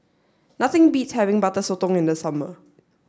nothing beats having butter Sotong in the summer